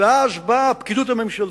ואז באה הפקידות הממשלתית,